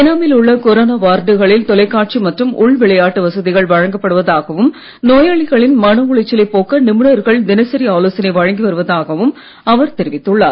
ஏனாமில் உள்ள கொரோனா வார்டுகளில் தொலைக்காட்சி மற்றும் உள் விளையாட்டு வசதிகள் வழங்கப்படுவதாகவும் நோயாளிகளின் மன உளைச்சலைப் போக்க நிபுணர்கள் தினசரி ஆலோசனை வழங்கி வருவதாகவும் அவர் தெரிவித்துள்ளார்